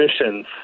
missions